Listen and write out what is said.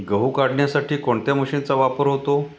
गहू काढण्यासाठी कोणत्या मशीनचा वापर होतो?